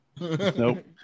Nope